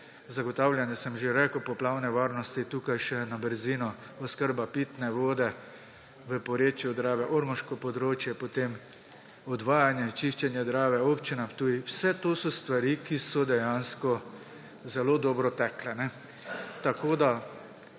zagotavljanje, sem že rekel, poplavne varnosti. Tukaj še na brzino oskrba pitne vode v porečju Drave, ormoško območje, potem odvajanje, čiščenje Drave – Občina Ptuj, vse to so stvari, ki so dejansko zelo dobro tekle. Povečala